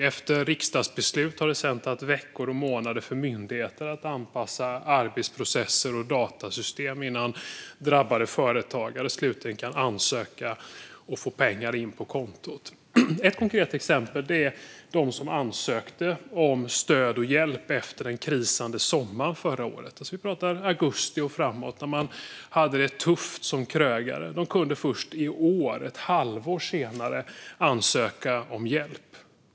Efter riksdagsbeslut har det sedan tagit veckor och månader för myndigheter att anpassa arbetsprocesser och datasystem innan drabbade företagare slutligen har kunnat ansöka och få in pengar på kontot. Ett konkret exempel är de som behövde stöd och hjälp efter den krisande sommaren förra året - vi pratar alltså om augusti och framåt - när krögarna hade det tufft. De kunde först i år, ett halvår senare, ansöka om hjälp.